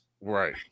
right